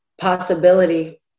possibility